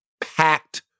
packed